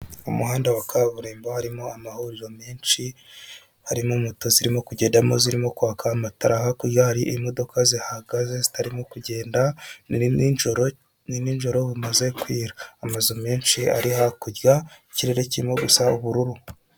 Mu muhanda wa kaburimbo harimo amahuriro menshi harimo moto zirimo kugendamo zirimo kwaka amatara hakurya hari imodoka zihagaze zitarimo kugenda nijoro bumaze kwira amazu menshi ari hakurya y'ikirere kirimo gusa ubururu.